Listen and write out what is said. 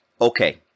Okay